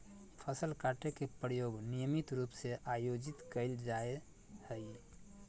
फसल काटे के प्रयोग नियमित रूप से आयोजित कइल जाय हइ